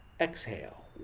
exhale